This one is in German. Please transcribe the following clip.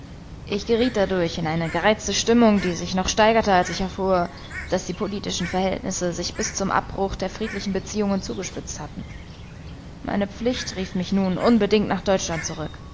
ich geriet dadurch in eine gereizte stimmung die sich noch steigerte als ich erfuhr daß die politischen verhältnisse sich bis zum abbruch der friedlichen beziehungen zugespitzt hatten meine pflicht rief mich nun unbedingt nach deutschland zurück